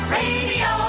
radio